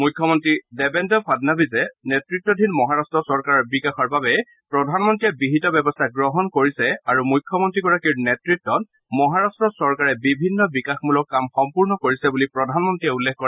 মুখ্যমন্তী দেবেন্দ্ৰ ফড়নবীস নেত়তাধীন মহাৰট্ট চৰকাৰৰ বিকাশৰ বাবে প্ৰধানমন্ত্ৰীয়ে বিহীত ব্যৱস্থা গ্ৰহণ কৰিছে আৰু মুখ্যমন্ত্ৰীগৰাকীৰ নেত়ত্বত মহাৰট্ট চৰকাৰে বিভিন্ন বিকাশমূলক কাম সম্পূৰ্ণ কৰিছে বুলি প্ৰধানমন্ত্ৰীয়ে উল্লেখ কৰে